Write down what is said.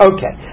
Okay